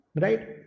right